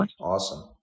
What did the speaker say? Awesome